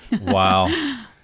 Wow